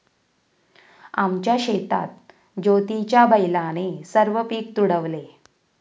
आमच्या शेतात ज्योतीच्या बैलाने सर्व पीक तुडवले